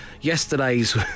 Yesterday's